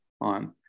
on